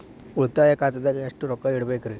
ಉಳಿತಾಯ ಖಾತೆದಾಗ ಎಷ್ಟ ರೊಕ್ಕ ಇಡಬೇಕ್ರಿ?